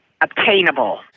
obtainable